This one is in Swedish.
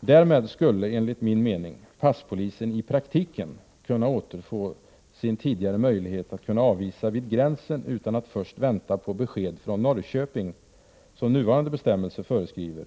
Därmed skulle, enligt min mening, passpolisen i praktiken kunna återfå sin tidigare möjlighet att avvisa vid gränsen i de fall ett ärende uppenbarligen kan handläggas skyndsamt, utan att först vänta på besked från Norrköping, som nuvarande bestämmelser föreskriver.